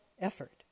effort